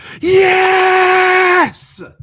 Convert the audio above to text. Yes